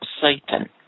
Satan